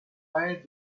prêt